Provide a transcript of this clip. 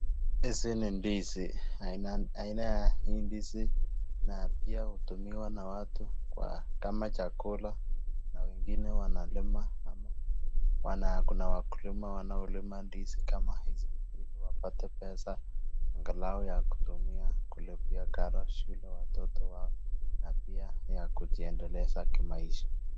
Hizi ni ndizi aina ya hii ndizi na pia hutumiwa na watu kama chakula na wengine wanalima kuna wakulima wanaolima ndizi hizi ili wapate pesa angalau ya kutumia kulipia karo shule watoto wao na pia ya kujiendeleza kimaisha.